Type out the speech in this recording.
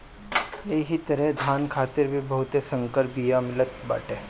एही तरहे धान खातिर भी बहुते संकर बिया मिलत बाटे